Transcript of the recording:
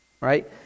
right